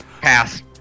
Pass